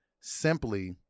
simply